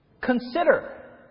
Consider